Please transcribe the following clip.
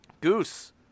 Goose